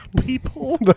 People